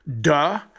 Duh